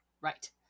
Right